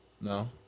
No